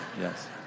Yes